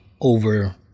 over